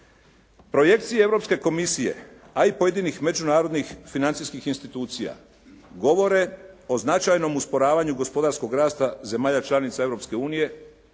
Projekcije Europske komisije a i pojedinih međunarodnih financijskih institucija govore o značajnom usporavanju gospodarskog rasta zemalja članica